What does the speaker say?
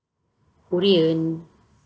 korean